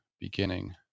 beginning